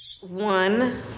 One